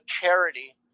charity